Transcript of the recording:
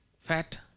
fat